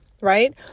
right